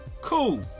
Cool